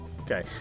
Okay